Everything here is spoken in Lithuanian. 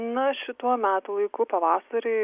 na šituo metų laiku pavasarį